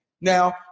now